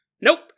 Nope